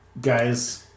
guys